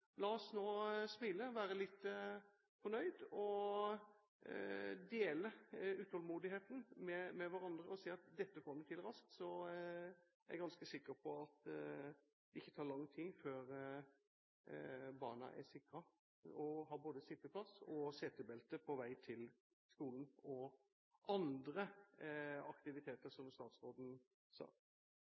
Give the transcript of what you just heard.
La oss nå smile, være litt fornøyde og dele utålmodigheten med hverandre og si at dette får vi til raskt. Jeg er ganske sikker på at det ikke tar lang tid før barna er sikret og har både sitteplass og setebelte på vei til skolen og til andre aktiviteter, som statsråden sa.